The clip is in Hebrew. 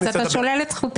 אז אתה שולל את זכותי.